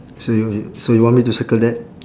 so you you so you want me to circle that